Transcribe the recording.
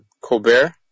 Colbert